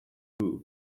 roof